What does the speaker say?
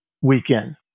weekend